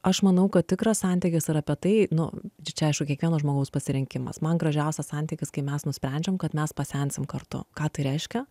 aš manau kad tikras santykis yra apie tai nu čia aišku kiekvieno žmogaus pasirinkimas man gražiausias santykis kai mes nusprendžiam kad mes pasensim kartu ką tai reiškia